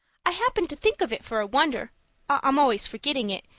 i happened to think of it, for a wonder i'm always forgetting it.